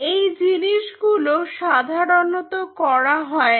এই জিনিসগুলো সাধারণত করা হয় না